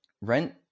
rent